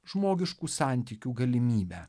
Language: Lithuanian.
žmogiškų santykių galimybę